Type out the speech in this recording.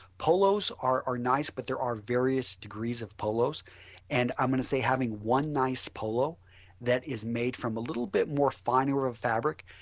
polos are are nice but there are various degrees of polos and i am going to say having one nice polo that is made from a little bit more finer fabric.